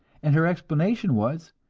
and her explanation was,